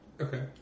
Okay